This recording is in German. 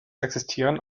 existieren